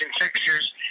fixtures